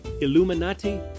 Illuminati